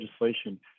legislation